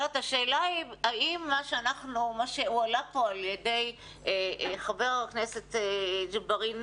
השאלה היא האם מה שהועלה פה על ידי חבר הכנסת ג'בארין,